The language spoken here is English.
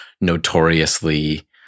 notoriously